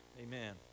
Amen